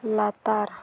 ᱞᱟᱛᱟᱨ